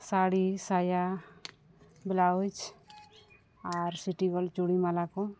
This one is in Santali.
ᱥᱟᱹᱲᱤ ᱥᱟᱭᱟ ᱵᱞᱟᱣᱩᱡᱽ ᱟᱨ ᱥᱤᱴᱤ ᱜᱳᱞᱰ ᱪᱩᱲᱤ ᱢᱟᱞᱟ ᱠᱚ